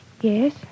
Yes